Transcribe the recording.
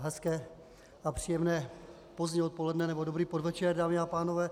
Hezké a příjemné pozdní odpoledne nebo dobrý podvečer, dámy a pánové.